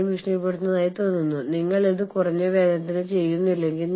അത് നന്നായി ചെയ്യാൻ കഴിയും എന്ന് നിങ്ങൾക്ക് തോന്നാത്ത ആളുകളെ എങ്ങനെ ഫിൽട്ടർ ചെയ്യും